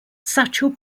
satchel